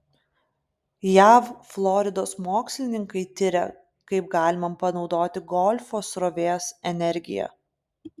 jav floridos mokslininkai tiria kaip galima panaudoti golfo srovės energiją